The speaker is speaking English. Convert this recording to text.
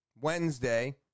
Wednesday